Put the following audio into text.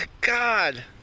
God